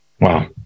Wow